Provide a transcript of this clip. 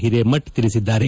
ಹಿರೇಮಠ ತಿಳಿಸಿದ್ದಾರೆ